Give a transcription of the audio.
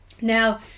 Now